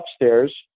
upstairs